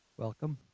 welcome.